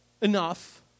enough